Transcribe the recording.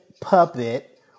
puppet